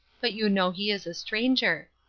but you know he is a stranger.